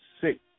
six